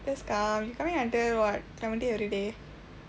just come you coming until what clementi everyday